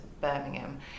Birmingham